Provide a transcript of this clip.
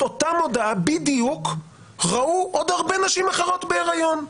אותה מודעה בדיוק ראו עוד הרבה נשים אחרות בהריון,